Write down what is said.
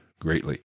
greatly